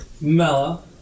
Mela